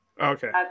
okay